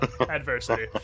adversity